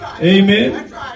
Amen